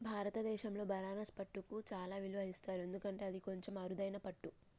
భారతదేశంలో బనారస్ పట్టుకు చాలా విలువ ఇస్తారు ఎందుకంటే అది కొంచెం అరుదైన పట్టు